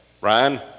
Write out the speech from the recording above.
Ryan